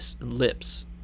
lips